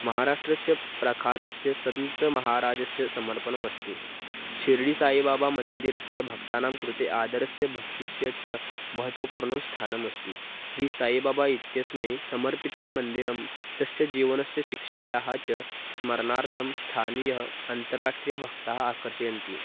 महाराष्ट्रस्य प्रख्यातस्य सतन्त्रमहाराजस्य समर्पणमस्ति शिर्डिसायिबाबामन्दिरस्य भक्तानां कृते आदरस्य भक्तिस्य च महत्वपूर्णं स्थानमस्ति श्रीसायिबाबा इत्यस्मै समर्पितं मन्दिरं तस्य जीवनस्य शिक्षायाः च स्मरणार्थं स्थानीयान् अन्ताराष्ट्रीयभक्तान् आकर्षयन्ति